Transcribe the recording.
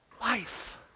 life